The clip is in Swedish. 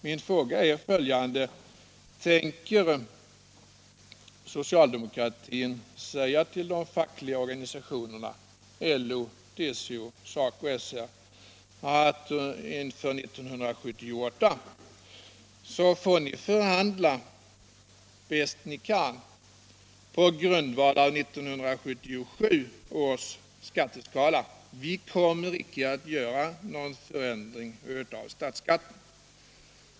Min fråga är följande: Tänker socialdemokratin säga till de fackliga organisationerna, LO, TCO och SACO/SR: Inför 1978 får ni förhandla bäst ni kan på grundval av 1977 års skatteskala — vi kommer inte att göra någon förändring av statsskatten?